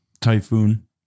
typhoon